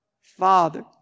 Father